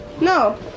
No